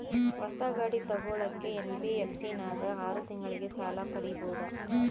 ಹೊಸ ಗಾಡಿ ತೋಗೊಳಕ್ಕೆ ಎನ್.ಬಿ.ಎಫ್.ಸಿ ನಾಗ ಆರು ತಿಂಗಳಿಗೆ ಸಾಲ ಪಡೇಬೋದ?